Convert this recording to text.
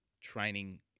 training